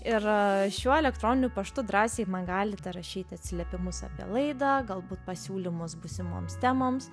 ir šiuo elektroniniu paštu drąsiai man galite rašyti atsiliepimus apie laidą galbūt pasiūlymus būsimoms temoms